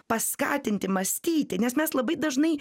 paskatinti mąstyti nes mes labai dažnai